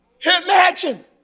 Imagine